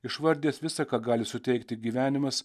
išvardijęs visa ką gali suteikti gyvenimas